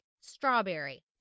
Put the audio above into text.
strawberry